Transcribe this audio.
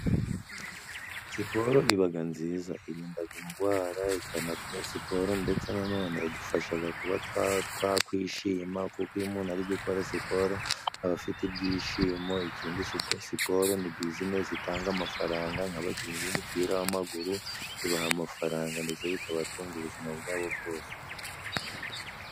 Siporo ibaga nziza, irindaga indwara ikana... siporo ndetse nanone idufashaga kuba twa... twakwishima kuko iyo umuntu ari gukora siporo aba afite ibyishimo, ikindi sipo.. siporo ni bizinesi itanga amafaranga. Nk'abakinnyi b'umupira w'amaguru ibaha amafaranga ndetse bikabatunga ubuzima bwabo bwose.